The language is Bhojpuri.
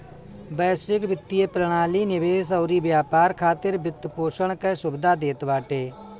वैश्विक वित्तीय प्रणाली निवेश अउरी व्यापार खातिर वित्तपोषण कअ सुविधा देत बाटे